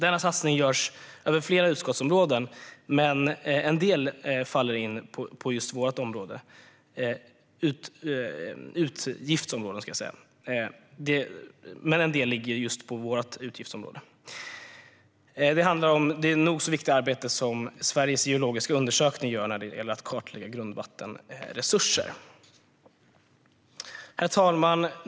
Denna satsning görs över flera utskottsområden, men en del ligger inom just vårt utgiftsområde. Det handlar om det viktiga arbetet som Sveriges geologiska undersökning gör när det gäller att kartlägga grundvattenresurser. Herr talman!